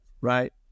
right